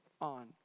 on